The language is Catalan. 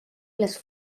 las